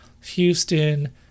Houston